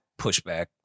pushback